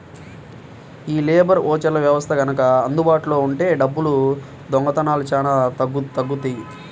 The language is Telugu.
యీ లేబర్ ఓచర్ల వ్యవస్థ గనక అందుబాటులో ఉంటే డబ్బుల దొంగతనాలు చానా తగ్గుతియ్యి